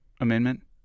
amendment